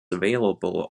available